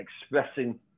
expressing